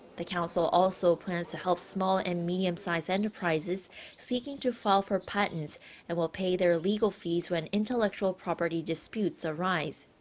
the council also plans to help small and medium-sized enterprises seeking to file for patents and will pay their legal fees when intellectual property disputes arise.